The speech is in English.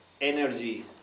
energy